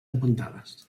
apuntades